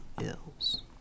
ills